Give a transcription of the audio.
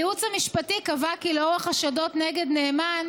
הייעוץ המשפטי קבע כי בעקבות החשדות נגד נאמן,